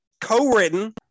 Co-written